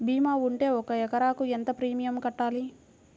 భీమా ఉంటే ఒక ఎకరాకు ఎంత ప్రీమియం కట్టాలి?